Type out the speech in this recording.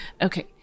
Okay